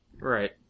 Right